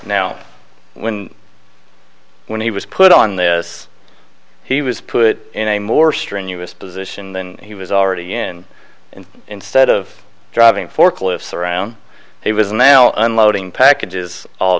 now when when he was put on this he was put in a more strenuous position than he was already in and instead of driving forklifts around he was now unloading packages all